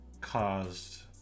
caused